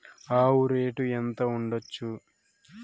ఆవు రేటు ఎంత ఉండచ్చు?